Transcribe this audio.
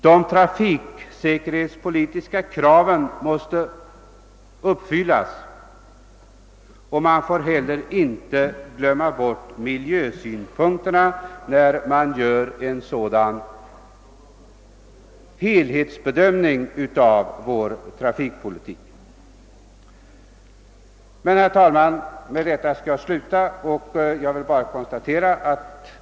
De trafiksäkerhetspolitiska kraven måste uppfyllas, och man får inte heller glömma bort miljövårdsaspekter vid en sådan helhetsbedömning av vår trafikpolitik. Herr talman!